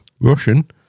Russian